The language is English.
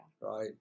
right